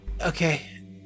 Okay